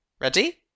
Ready